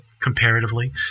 comparatively